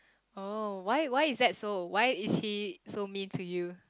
oh why why is that so why is he so mean to you